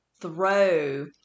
throw